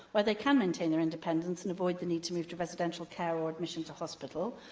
where they can maintain their independence and avoid the need to move to residential care or admission to hospital.